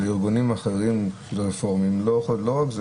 אבל ארגונים אחרים רפורמיים לא חושבים